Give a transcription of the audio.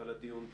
אבל, הדיון תם.